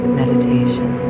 meditation